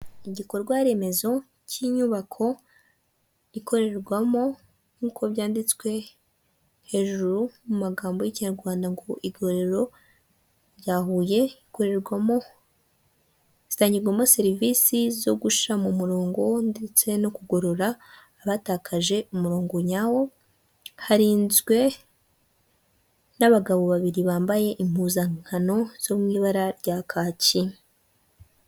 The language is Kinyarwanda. Igikorwa remezo cy'inyubako ikorerwamo nkuko byanditswe hejuru mu magambo y'ikinyarwanda, ngo igororero rya Huye, rigororerwamo, ritangirwamo serivisi zo gushyira mu murongo ndetse no kugorora abatakaje umurongo nyawo, harinzwe n'abagabo babiri bambaye impuzankano zo mu ibara rya kaki.